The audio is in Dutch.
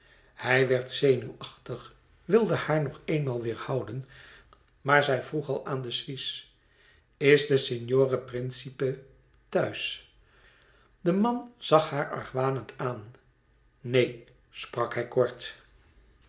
hij werd zenuwachtig wilde haar nog eenmaal weêrhouden maar zij vroeg al aan den suisse is de signore principe thuis de man zag haar argwanend aan neen sprak hij kort